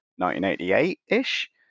1988-ish